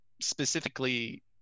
specifically